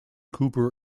cooper